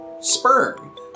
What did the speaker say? sperm